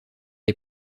est